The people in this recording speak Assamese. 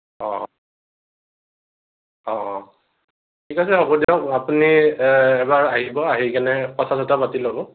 অ' অ' অ' ঠিক আছে হ'ব দিয়ক আপুনি এবাৰ আহিব আহিকেনে কথা চথা পাতি ল'ব